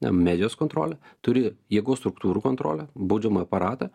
na medijos kontrolę turi jėgos struktūrų kontrolę baudžiamojį aparatą